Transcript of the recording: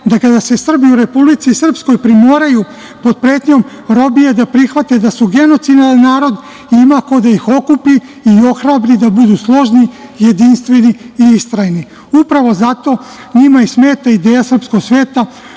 da kada se Srbi u Republici Srpskoj, primoraju pod pretnjom robije da prihvate da su genocidan narod i ima ko da ih okupi i ohrabri, da budu složni, jedinstveni i istrajni. Upravo zato njima smeta ideja srpskog sveta